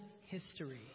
history